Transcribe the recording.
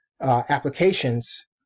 applications